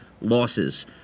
losses